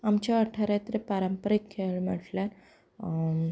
आमच्या वाठारांतले पारंपारीक खेळ म्हणल्यार